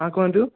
ହଁ କୁହନ୍ତୁ